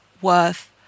worth